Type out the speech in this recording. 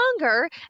longer